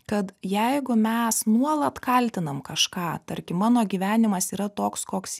kad jeigu mes nuolat kaltinam kažką tarkim mano gyvenimas yra toks koks